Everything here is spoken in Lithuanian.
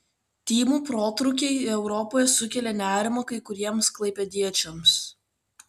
tymų protrūkiai europoje sukėlė nerimą kai kuriems klaipėdiečiams